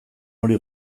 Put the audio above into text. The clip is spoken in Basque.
hori